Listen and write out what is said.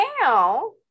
now